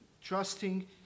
trusting